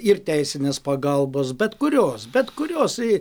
ir teisinės pagalbos bet kurios bet kurios į